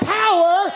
power